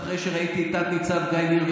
ואחרי שראיתי את תת-ניצב גיא ניר,